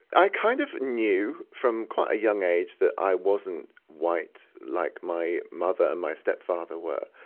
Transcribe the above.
i kind of knew from quite a young age that i wasn't white like my mother and my stepfather were.